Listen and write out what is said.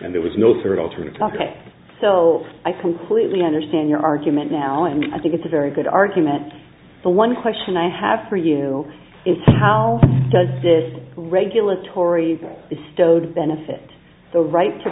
and there was no third alternative ok so i completely understand your argument now and i think it's a very good argument but one question i have for you is how does this regulatory stowed benefit the right to